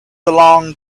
along